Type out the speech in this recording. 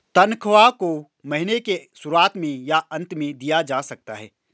तन्ख्वाह को महीने के शुरुआत में या अन्त में दिया जा सकता है